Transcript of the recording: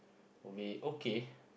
will be okay